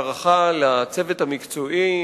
הערכה לצוות המקצועי,